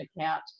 account